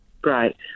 great